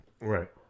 Right